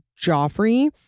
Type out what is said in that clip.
Joffrey